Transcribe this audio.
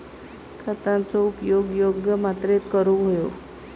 खतांचो उपयोग योग्य मात्रेत करूक व्हयो